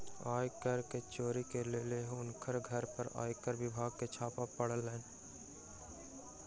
आय कर के चोरी के लेल हुनकर घर पर आयकर विभाग के छापा पड़लैन